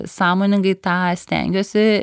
sąmoningai tą stengiuosi